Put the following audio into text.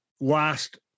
last